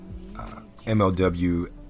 MLW